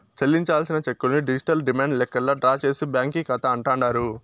చెల్లించాల్సిన చెక్కుల్ని digital demand లెక్కల్లా డ్రా చేసే బ్యాంకీ కాతా అంటాండారు